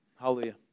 hallelujah